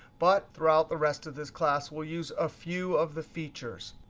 but throughout the rest of this class, we'll use a few of the features.